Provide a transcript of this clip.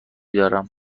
دارم